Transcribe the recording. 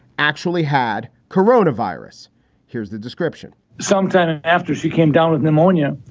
actually had corona virus here's the description. sometime after she came down with pneumonia.